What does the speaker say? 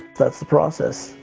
that's the process.